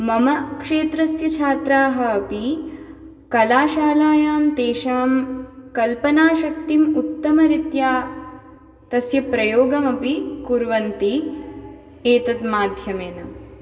मम क्षेत्रस्य छात्राः अपि कलाशालायां तेषां कल्पनाशक्तिम् उत्तमरीत्या तस्य प्रयोगमपि कुर्वन्ति एतद् माध्यमेन